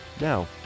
Now